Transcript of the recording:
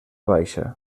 baixa